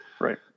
right